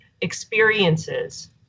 experiences